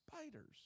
spiders